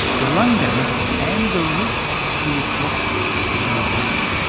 the lung damage and the risks to its life could be avoided.